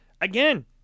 again